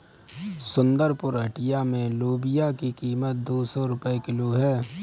सुंदरपुर हटिया में लोबिया की कीमत दो सौ रुपए किलो है